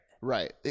right